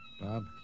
Bob